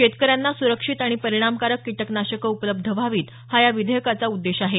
शेतकऱ्यांना सुरक्षित आणि परिणामकारक कीटकनाशकं उपलब्ध व्हावीत हा या विधेयकाचा उद्देश आहे